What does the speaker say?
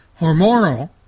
hormonal